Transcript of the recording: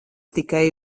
tikai